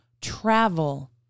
travel